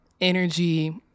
energy